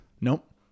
Nope